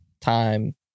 time